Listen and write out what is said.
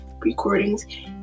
recordings